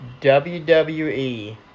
WWE